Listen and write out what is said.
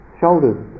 shoulders